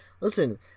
Listen